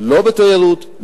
לא בתיירות,